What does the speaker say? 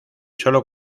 solo